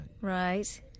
Right